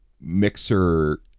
mixer